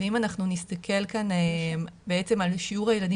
אם אנחנו נסתכל כאן בעצם על שיעור הילדים